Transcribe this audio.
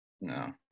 No